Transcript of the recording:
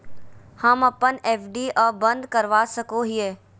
हम अप्पन एफ.डी आ बंद करवा सको हियै